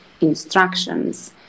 instructions